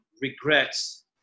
regrets